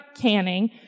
canning